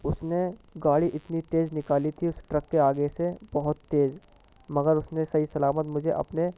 اس نے گاڑی اتنی تیز نکالی تھی اس ٹرک کے آگے سے بہت تیز مگر اس نے صحیح سلامت مجھے اپنے